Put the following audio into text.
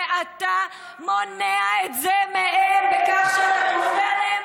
ואתה מונע את זה מהם בכך שאתה כופה עליהם